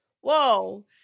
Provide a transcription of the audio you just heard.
Whoa